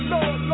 Lord